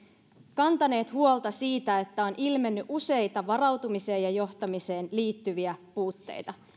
kantaneet huolta siitä että on ilmennyt useita varautumiseen ja johtamiseen liittyviä puutteita